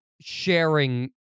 Sharing